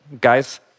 Guys